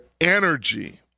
energy